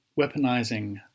weaponizing